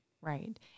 right